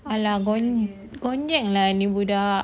!alah! gonceng ini budak